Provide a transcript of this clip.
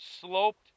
sloped